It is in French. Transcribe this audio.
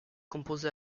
composée